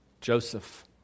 Joseph